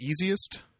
easiest